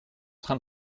train